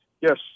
Yes